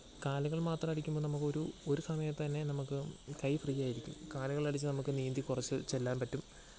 കാലുകൾ മാത്രം അടിക്കുമ്പോൾ നമ്മൾക്ക് ഒരു ഒരു സമയത്ത് തന്നെ നമുക്ക് കൈ ഫ്രീ ആയിരിക്കും കാലുകൾ അടിച്ചു നമ്മൾക്ക് നീന്തി കുറച്ചു ചെല്ലാൻ പറ്റും